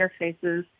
Interfaces